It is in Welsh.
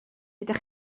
ydych